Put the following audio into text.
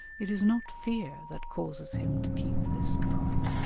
it is not fear that causes him to keep this guard.